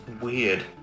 weird